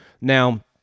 Now